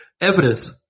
evidence